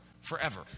forever